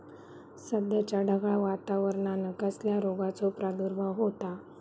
सध्याच्या ढगाळ वातावरणान कसल्या रोगाचो प्रादुर्भाव होता?